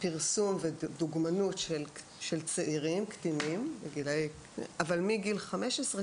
פרסום ודוגמנות של צעירים קטינים אבל מגיל 15,